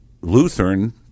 Lutheran